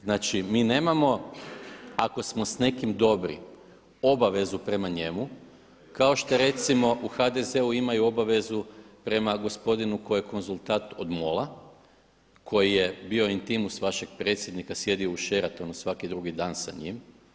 Znači, mi nemamo ako smo s nekim dobri obavezu prema njemu kao što je recimo u HDZ-u imaju obavezu prema gospodinu koji je konzultat od MOL-a, koji je bio intimus vašeg predsjednika, sjedio u Sheratonu svaki drugi dan sa njim.